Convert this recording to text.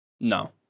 No